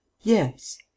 Yes